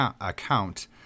account